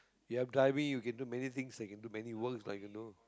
you have driving you can do many things like can do many work like you know